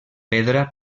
pedra